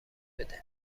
بده